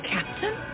Captain